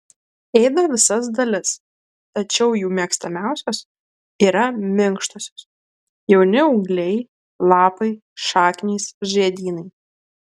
ėda visas dalis tačiau jų mėgstamiausios yra minkštosios jauni ūgliai lapai šaknys žiedynai